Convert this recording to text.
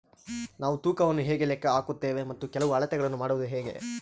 ನಾವು ತೂಕವನ್ನು ಹೇಗೆ ಲೆಕ್ಕ ಹಾಕುತ್ತೇವೆ ಮತ್ತು ಕೆಲವು ಅಳತೆಗಳನ್ನು ಮಾಡುವುದು ಹೇಗೆ?